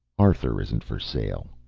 arthur isn't for sale.